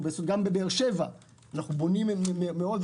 גם בבאר שבע אנחנו בונים הרבה.